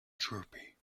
droopy